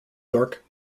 york